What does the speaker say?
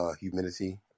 humidity